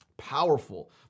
powerful